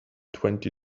twenty